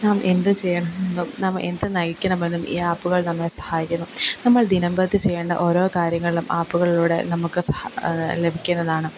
നാം എന്ത് ചെയ്യണമെന്നും നാം എന്ത് നയിക്കണമെന്നും ഈ ആപ്പുകൾ നമ്മെ സഹായിക്കുന്നു നമ്മൾ ദിനംപ്രതി ചെയ്യേണ്ട ഓരോ കാര്യങ്ങളും ആപ്പുകളിലൂടെ നമുക്ക് ലഭിക്കുന്നതാണ്